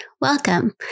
welcome